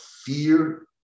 fear